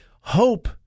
Hope